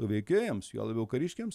veikėjams juo labiau kariškiams